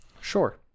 Sure